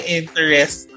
interest